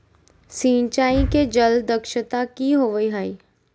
सिंचाई के जल दक्षता कि होवय हैय?